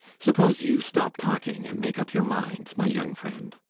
suppose you stop talking and make up your mind, my young friend.